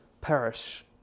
perish